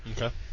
Okay